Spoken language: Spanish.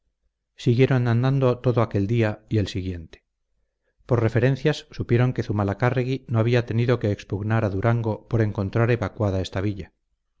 siguieron andando todo aquel día y el siguiente por referencias supieron que zumalacárregui no había tenido que expugnar a durango por encontrar evacuada esta villa